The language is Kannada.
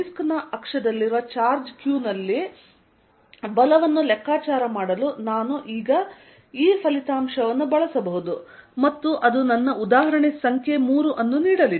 ಡಿಸ್ಕ್ ನ ಅಕ್ಷದಲ್ಲಿರುವ ಚಾರ್ಜ್ q ನಲ್ಲಿ ಬಲವನ್ನು ಲೆಕ್ಕಾಚಾರ ಮಾಡಲು ನಾನು ಈಗ ಈ ಫಲಿತಾಂಶವನ್ನು ಬಳಸಬಹುದು ಮತ್ತು ಅದು ನನ್ನ ಉದಾಹರಣೆ ಸಂಖ್ಯೆ 3 ಅನ್ನು ನೀಡಲಿದೆ